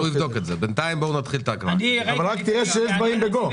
אני לא ראיתי דבר כזה, ואני בטוח שגם אין דבר כזה.